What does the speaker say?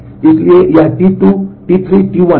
इसलिए यह T2 T3 T1 और T3 के क्रम में होता है